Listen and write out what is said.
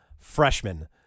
freshman